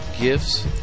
gifts